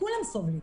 כולם סובלים.